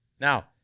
Now